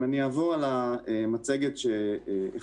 אני אעבור על המצגת שהכנו